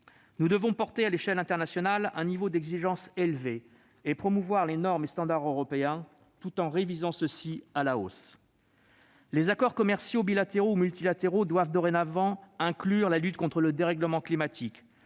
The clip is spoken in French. Nous devons porter à l'échelle internationale un niveau d'exigence élevé et promouvoir les normes et standards européens, tout en révisant ceux-ci à la hausse. Les accords commerciaux bilatéraux ou multilatéraux doivent dorénavant inclure la lutte contre le dérèglement climatique,